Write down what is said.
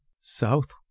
South